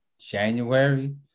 January